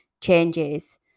changes